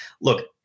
Look